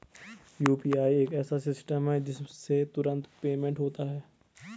UPI एक ऐसा system है जिससे तुरंत पेमेंट होता है